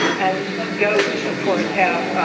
and goats of course have,